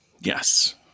Yes